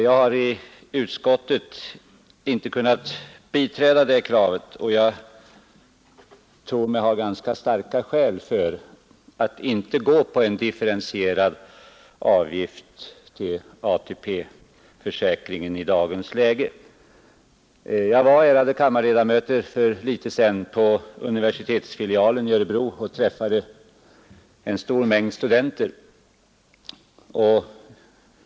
Jag har i utskottet inte kunnat biträda det kravet, och jag tror mig ha ganska starka skäl för att inte gå på en differentierad avgift till ATP-försäkringen i dagens läge. Jag var, ärade kammarledamöter, för litet sedan på universitetsfilialen i Örebro och träffade en stor mängd studenter.